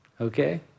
okay